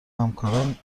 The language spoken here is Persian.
همکاران